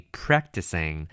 practicing